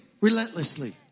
relentlessly